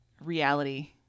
reality